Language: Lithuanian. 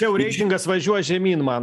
čia jau reitingas važiuoja žemyn man